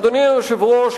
אדוני היושב-ראש,